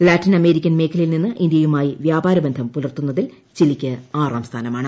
Latin ് American മേഖലയിൽ നിന്ന് ഇന്ത്യയുമായി വ്യാപാരബ്സ്ം പുലർത്തുന്നതിൽ ചിലിക്ക് ആറാം സ്ഥാനമാണ്